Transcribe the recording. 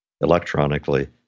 electronically